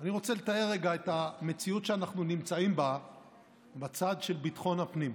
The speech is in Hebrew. אני רוצה לתאר רגע את המציאות שאנחנו נמצאים בה בצד של ביטחון הפנים.